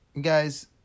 guys